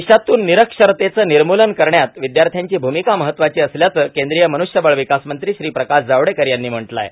देशातून निरक्षरतेचं निर्मूलन करण्यात विद्यार्थ्यांची भूमिका महत्वाची असल्याचं केंद्रीय मनुष्यबळ विकास मंत्री श्री प्रकाश जावडेकर यांनी म्हटलं आहे